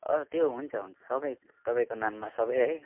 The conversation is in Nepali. अँ त्यो हुन्छ हुन्छ सबै तपाईँको नाममा सबै है